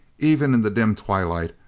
even in the dim twilight,